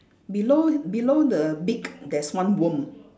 below below the beak there's one worm